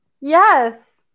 Yes